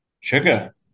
Sugar